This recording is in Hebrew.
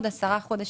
בעוד עשרה חודשים.